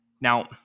Now